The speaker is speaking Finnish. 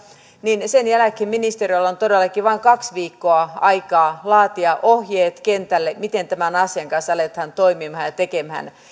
niin sen jälkeen ministeriöllä on todellakin vain kaksi viikkoa aikaa laatia ohjeet kentälle miten tämän asian kanssa aletaan toimimaan ja tekemään